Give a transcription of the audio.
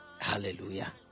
Hallelujah